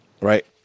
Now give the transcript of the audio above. right